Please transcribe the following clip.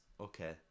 Okay